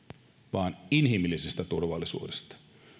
vaan inhimillisestä turvallisuudesta